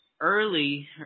early